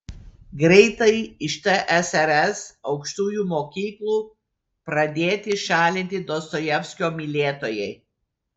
greitai iš tsrs aukštųjų mokyklų pradėti šalinti dostojevskio mylėtojai